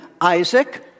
Isaac